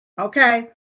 Okay